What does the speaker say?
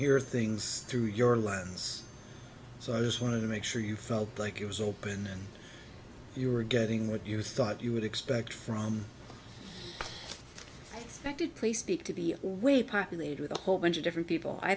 hear things through your lines so i just wanted to make sure you felt like it was open and you were getting what you thought you would expect from that did play speak to the way populated with a whole bunch of different people i